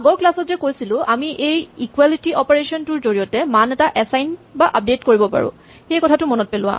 আগৰ ক্লাচ ত যে কৈছিলো আমি এই ইকুৱেলিটী অপাৰেচন টোৰ জৰিয়তে মান এটা এচাইন বা আপডেট কৰিব পাৰো সেইটো কথা মনত পেলোৱা